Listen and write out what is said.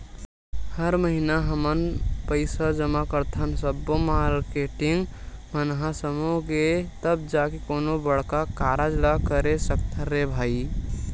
हर महिना हमन पइसा जमा करथन सब्बो मारकेटिंग मन ह समूह के तब जाके कोनो बड़का कारज ल करे सकथन रे भई